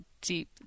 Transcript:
deep